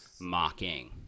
mocking